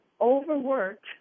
overworked